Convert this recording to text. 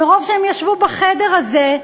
מרוב שהם ישבו בחדר הזה,